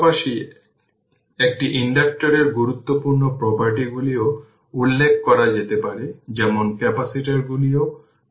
সুতরাং এটি v C 2 volt এখন এনার্জি এখানে ক্যাপাসিটরে স্টোরড এনার্জি হল Wc half C v C 2